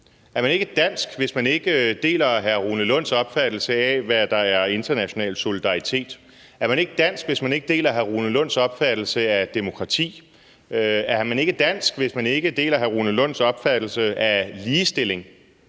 Er man ikke dansk, hvis man ikke deler hr. Rune Lunds opfattelse af, hvad der er international solidaritet? Er man ikke dansk, hvis man ikke deler hr. Rune Lunds opfattelse af demokrati? Er man ikke dansk, hvis man ikke deler hr. Rune Lunds opfattelse af ligestilling?